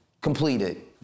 completed